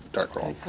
dark roll,